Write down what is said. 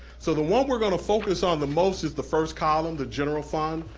so the one we're gonna focus on the most is the first column, the general fund.